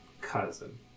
cousin